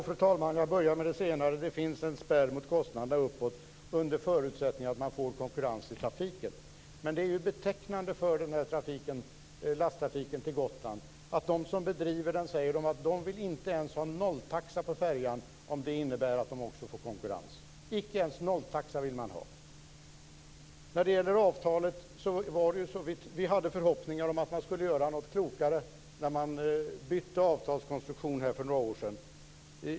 Fru talman! Jag börjar med det senare. Det finns en spärr för kostnaderna uppåt, under förutsättning att man får konkurrens i trafiken. Men det är betecknande för lasttrafiken till Gotland att de som bedriver den säger att de inte ens vill ha nolltaxa på färjan om det också innebär att de får konkurrens. Icke ens nolltaxa vill man ha! När det gäller avtalet hade vi förhoppningar om att man skulle göra något klokare när man bytte avtalskonstruktion för några år sedan.